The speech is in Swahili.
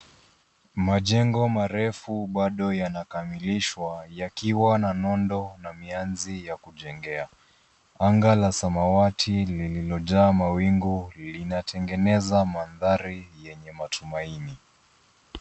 Majengo marefu bado yanakamilishwa yakiwa na nondo na mianzi ya kujengea. Anga la samawati lililojaa mawingu linatengeneza mandhari yenye matumaini.